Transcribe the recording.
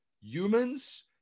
humans